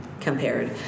compared